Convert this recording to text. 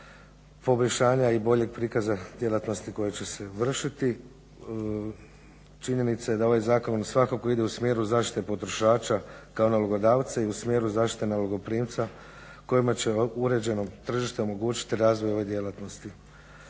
poboljšanja i boljeg prikaza djelatnosti koje će se vršiti. Činjenica je da ovaj zakon svakako ide u smjeru zaštite potrošača kao nalogodavca i u smjeru zaštite nalogoprimca kojima će uređeno tržište omogućiti razvoj ove djelatnosti.